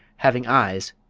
having eyes,